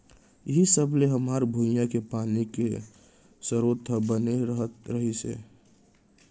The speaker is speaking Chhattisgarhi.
इहीं सब ले हमर भुंइया के पानी के सरोत ह बने रहत रहिस हे